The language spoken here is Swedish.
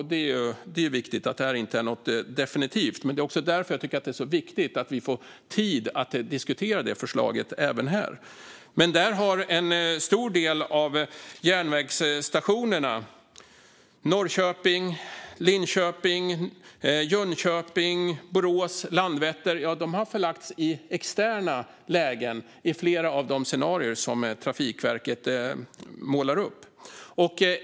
Det är viktigt att säga att det inte är definitivt. Men det är också viktigt att vi får tid att diskutera förslaget även här. En stor del av järnvägsstationerna - Norrköping, Linköping, Jönköping, Borås och Landvetter - har i förslaget förlagts i externa lägen i flera av de scenarier som Trafikverket målar upp.